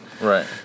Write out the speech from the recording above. Right